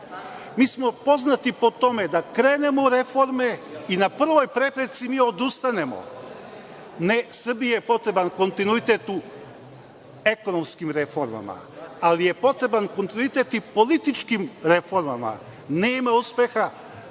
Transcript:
Mi smo poznati po tome da krenemo u reforme i na prvoj prepreci mi odustanemo. Ne, Srbiji je potreban kontinuitet u ekonomskim reformama, ali je potreban kontinuitet i u političkim reformama, nema uspeha